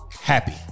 Happy